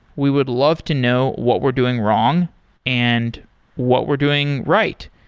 we would love to know what we're doing wrong and what we're doing right.